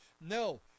No